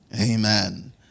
Amen